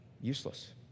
useless